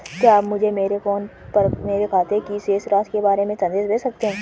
क्या आप मुझे मेरे फ़ोन पर मेरे खाते की शेष राशि के बारे में संदेश भेज सकते हैं?